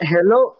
Hello